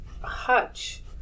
Hutch